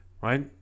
right